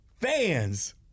fans